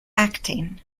acting